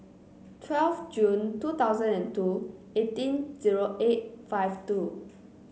twelve Jun two thousand and two eighteen zero eight five two